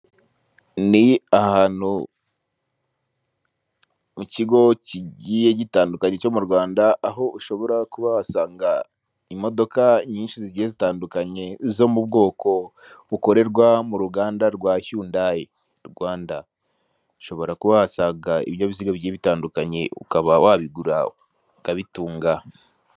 Ni ahantu mu kigo kigiye gitandukanye cyo mu Rwanda aho ushobora kuba wasanga imodoka nyinshi zigiye zitandukanye zo mu bwoko bukorerwa mu ruganda rwa HYUNDAI Rwanda, ushobora kuba wasanga ibinyabiziga bigiye bitandukanye ukaba wabigura ukabitunga.